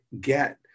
get